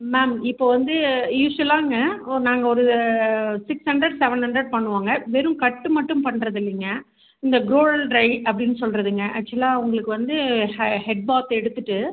ma'am இப்போது வந்து யூஷுவலாங்க ஒரு நாங்கள் ஒரு சிக்ஸ் ஹண்ட்ரேட் செவன் ஹண்ட்ரேட் பண்ணுவோங்க வெறும் கட்டு மட்டும் பண்ணுறதில்லைங்க இந்த ட்ரை அப்படின்னு சொல்றதுங்க ஆக்சுவலாக உங்களுக்கு வந்து ஹ ஹெட் பாத் எடுத்துவிட்டு